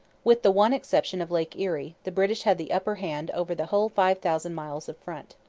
with the one exception of lake erie, the british had the upper hand over the whole five thousand miles of front.